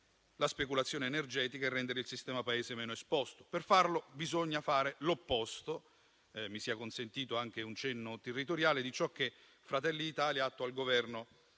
la speculazione energetica e rendere il sistema Paese meno esposto. Per farlo bisogna fare l'opposto, mi sia consentito anche un cenno territoriale, di ciò che Fratelli d'Italia attua al governo